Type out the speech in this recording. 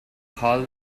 call